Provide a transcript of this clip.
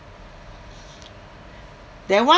that one